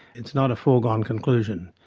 it's not a foregone conclusion.